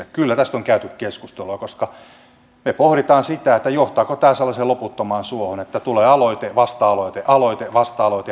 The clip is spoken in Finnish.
kyllä tästä on käyty keskustelua koska me pohdimme sitä johtaako tämä sellaiseen loputtomaan suohon että tulee aloite vasta aloite aloite vasta aloite